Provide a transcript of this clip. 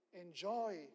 enjoy